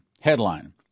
Headline